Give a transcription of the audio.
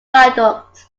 viaduct